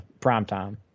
primetime